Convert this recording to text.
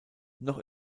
noch